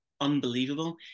unbelievable